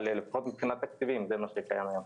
אבל לפחות מבחינת תקציבים זה מה שקיים היום.